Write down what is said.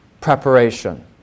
preparation